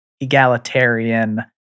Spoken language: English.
egalitarian